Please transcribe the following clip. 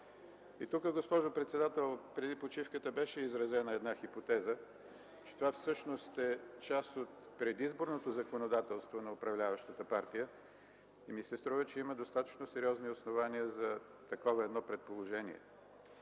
И тук, госпожо председател, преди почивката беше изразена една хипотеза, че това всъщност е част от предизборното законодателство на управляващата партия. Струва ми се, че има достатъчно основания за едно такова предположение,